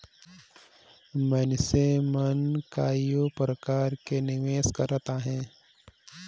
मइनसे मन कइयो परकार ले निवेस करत अहें